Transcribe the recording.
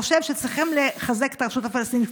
חושב שצריך לחזק את הרשות הפלסטינית.